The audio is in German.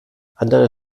andere